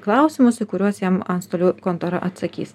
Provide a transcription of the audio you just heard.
klausimus į kuriuos jam antstolių kontora atsakys